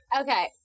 Okay